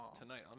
Tonight